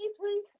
please